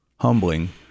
humbling